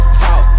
talk